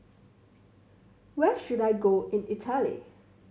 where should I go in Italy